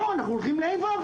לא! אנחנו הולכים לה'-ו'.